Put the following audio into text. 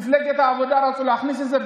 מפלגת העבודה רצו להכניס את זה.